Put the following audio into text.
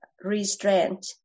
Restraint